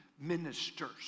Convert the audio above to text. ministers